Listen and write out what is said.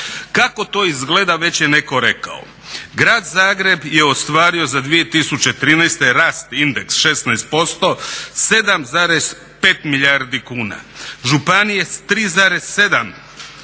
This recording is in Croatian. Kako to izgleda već je netko rekao. Grad Zagreb je ostvario za 2013. rast indeks 16%, 7,5 milijardi kuna, županije 3,7 milijardi kuna,